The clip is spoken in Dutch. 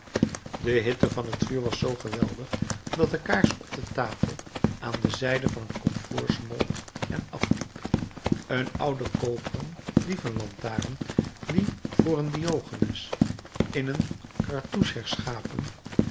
de hitte van t vuur was zoo geweldig dat de kaars op de tafel aan de zijde van het komfoor smolt en afliep een oude koperen dievenlantaarn die voor een diogenes in een cartouche herschapen